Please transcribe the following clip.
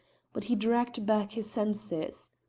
but he dragged back his senses.